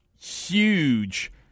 huge